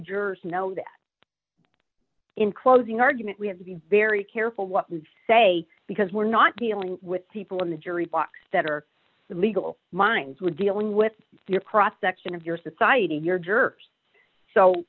jurors know that in closing argument we have to be very careful what we say because we're not dealing with people in the jury box that are the legal minds were dealing with the across sections of your society your jurors so